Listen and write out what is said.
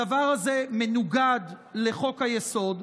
הדבר הזה מנוגד לחוק-היסוד.